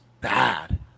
bad